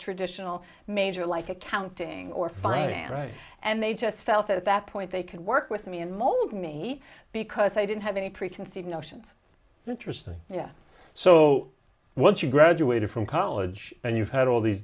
traditional major like accounting or finance and they just felt that at that point they could work with me and mold me because i didn't have any preconceived notions interesting you know so once you graduated from college and you've had all these